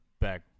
back